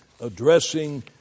addressing